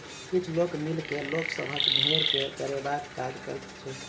किछ लोक मिल के लोक सभक भेंड़ के चरयबाक काज करैत छै